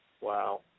Wow